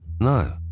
no